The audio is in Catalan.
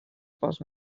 pols